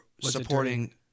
supporting